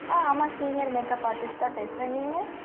ஆ ஆமாம் senior makeup artist தான் பேசுகிறேன் நீங்கள்